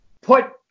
put